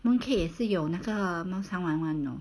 mooncake 也是有那个猫山王 [one] you know